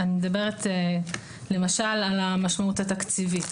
אני מדברת למשל על המשמעות התקציבית.